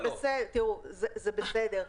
זה בסדר.